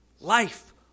Life